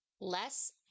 less